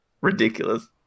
ridiculous